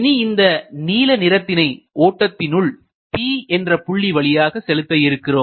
இனி இந்த நீல நிறத்தினை ஓட்டத்தினுள் P என்ற புள்ளி வழியாக செலுத்த இருக்கிறோம்